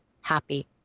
happy